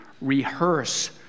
rehearse